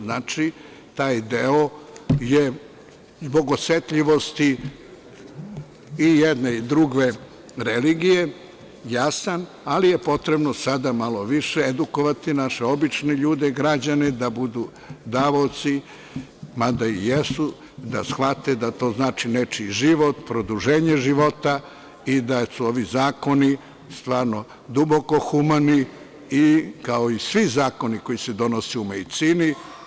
Znači, taj deo je zbog osetljivosti i jedne i druge religije jasan, ali je potrebno sada malo više edukovati naše obične ljude, građane, da budu davaoci, mada i jesu i da shvate da to znači nečiji život, produženje života i da su ovi zakoni stvarno duboko humani i kao i svi zakoni koji se donose u medicini.